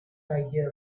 idea